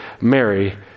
Mary